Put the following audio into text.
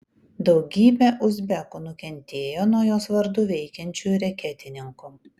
daugybė uzbekų nukentėjo nuo jos vardu veikiančių reketininkų